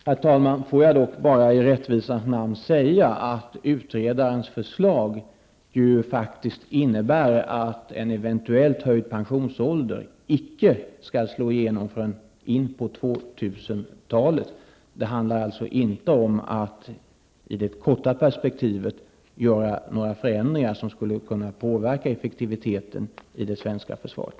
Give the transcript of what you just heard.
Herr talman! Får jag bara i rättvisans namn säga att utredarens förslag innebär att en eventuellt höjd pensionsålder icke skall slå igenom förrän in på 2000-talet. Det handlar således inte om att i det korta perspektivet göra några förändringar som skulle kunna påverka effektiviteten i det svenska försvaret.